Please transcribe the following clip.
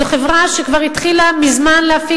זו חברה שכבר התחילה מזמן להפיק,